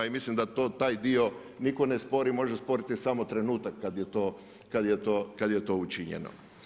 I mislim da to taj dio nitko ne spori, može sporiti samo trenutak kada je to učinjeno.